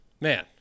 man